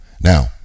Now